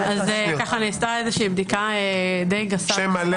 נעשתה איזושהי בדיקה בשירות בתי הסוהר